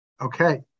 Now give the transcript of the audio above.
Okay